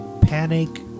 panic